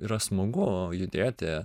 yra smagu judėti